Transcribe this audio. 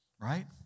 right